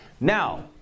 Now